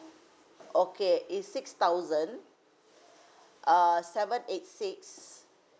okay it's six thousand uh seven eight six